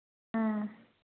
ꯎꯝ